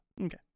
Okay